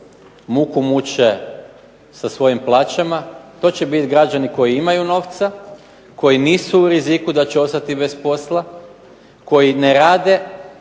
muku muče sa svojim plaćama. To će biti građani koji imaju novca, koji nisu u riziku da će ostati bez posla, koji ne rade,